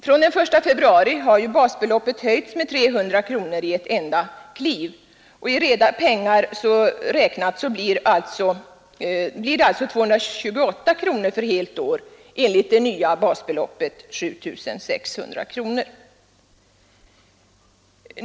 Från den 1 februari har basbeloppet höjts med 300 kronor i ett enda kliv. I reda pengar räknat blir det alltså 228 kronor för helt år enligt det nya basbeloppet 7 600 kronor.